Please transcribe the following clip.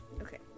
Okay